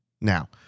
Now